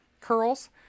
curls